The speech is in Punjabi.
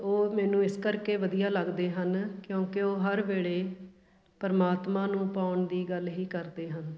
ਉਹ ਮੈਨੂੰ ਇਸ ਕਰਕੇ ਵਧੀਆ ਲੱਗਦੇ ਹਨ ਕਿਉਂਕਿ ਉਹ ਹਰ ਵੇਲੇ ਪਰਮਾਤਮਾ ਨੂੰ ਪਾਉਣ ਦੀ ਗੱਲ ਹੀ ਕਰਦੇ ਹਨ